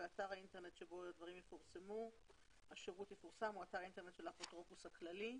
אתר האינטרנט בו השירות יפורסם הוא אתר האינטרנט של האפוטרופוס הכללי.